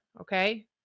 Okay